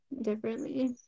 differently